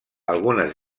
algunes